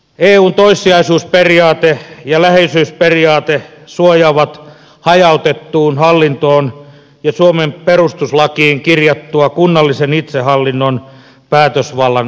eun toissijaisuusperiaate ja läheisyysperiaate suojaavat hajautettua hallintoa ja suomen perustuslakiin kirjattua kunnallisen itsehallinnon päätösvallan autonomisuutta